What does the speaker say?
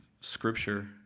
Scripture